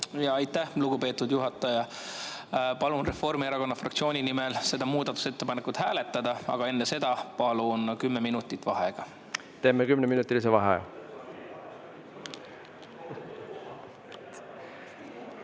Aitäh, lugupeetud juhataja! Palun Reformierakonna fraktsiooni nimel seda muudatusettepanekut hääletada, aga enne seda palun kümme minutit vaheaega. Teeme kümneminutilise vaheaja.V